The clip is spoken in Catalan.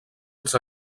els